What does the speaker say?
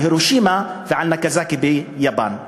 על הירושימה ועל נגסקי ביפן.